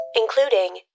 Including